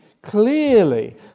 clearly